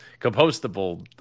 compostable